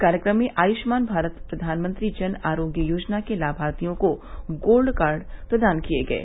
कार्यक्रम में आय्णान भारत प्रधानमंत्री जन आरोग्य योजना के लामार्थियों को गोल्ड कार्ड प्रदान किये गये